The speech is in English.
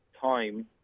time